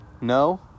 No